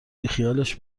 بیخیالش